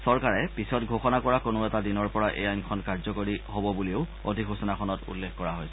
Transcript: চৰকাৰে পিছত ঘোষণা কৰা কোনো এটা দিনৰ পৰা এই আইনখন কাৰ্যকৰী হব বুলিও অধিসূচনাখনত উল্লেখ কৰা হৈছে